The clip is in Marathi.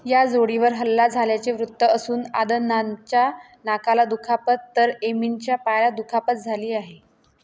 या जोडीवर हल्ला झाल्याचे वृत्त असून अदनानंच्या नाकाला दुखापत तर एमिनच्या पायाला दुखापत झाली आहे